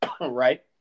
Right